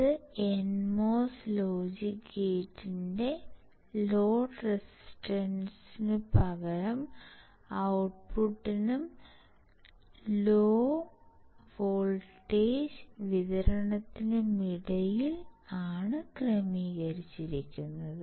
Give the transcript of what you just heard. ഇത് NMOS logic ഗേറ്റിൻറെ load റെസിസ്റ്റൻസ്നുപകരം ഔട്ട്പുട്ട്നും ലോ വോൾട്ടേജ് വിതരണത്തിനുമിടയിൽ ആണ് ക്രമീകരിച്ചിരിക്കുന്നത്